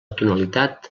tonalitat